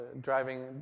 driving